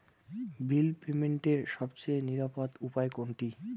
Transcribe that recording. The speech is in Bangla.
বিল পেমেন্টের সবচেয়ে নিরাপদ উপায় কোনটি?